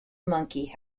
monkey